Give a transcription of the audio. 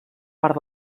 part